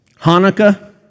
Hanukkah